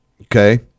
Okay